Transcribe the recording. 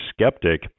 skeptic